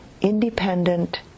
independent